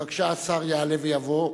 בבקשה, השר יעלה ויבוא.